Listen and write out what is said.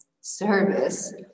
service